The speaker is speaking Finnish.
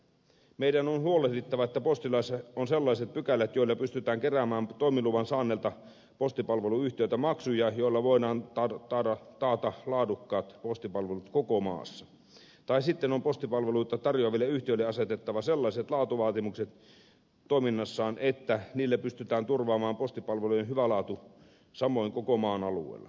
meidän on huolehdittava että postilaissa on sellaiset pykälät joilla pystytään keräämään toimiluvan saaneilta postipalveluyhtiöiltä maksuja joilla voidaan taata laadukkaat postipalvelut koko maassa tai sitten on postipalveluita tarjoaville yhtiöille asetettava sellaiset laatuvaatimukset toiminnassaan että niillä pystytään turvaamaan postipalveluiden hyvä laatu samoin koko maan alueella